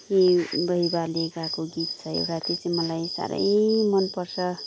गीत छ एउटा त्यो चाहिँ मलाई साह्रै मन पर्छ